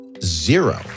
zero